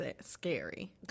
scary